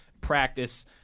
practice